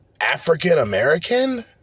African-American